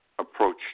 approach